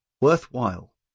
worthwhile